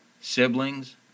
siblings